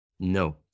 No